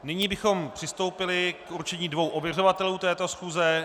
Nyní bychom přistoupili k určení dvou ověřovatelů této schůze.